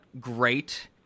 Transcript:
great